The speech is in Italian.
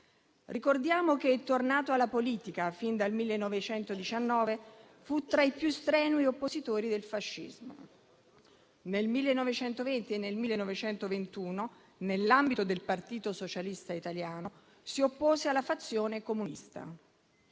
Ricordiamo che, tornato alla politica fin dal 1919, fu tra i più strenui oppositori del fascismo. Nel 1920 e nel 1921, nell'ambito del Partito socialista italiano, si oppose alla fazione comunista,